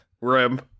rim